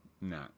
No